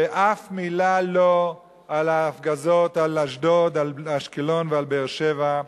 ואף מלה לא על ההפגזות על אשדוד, אשקלון ובאר-שבע.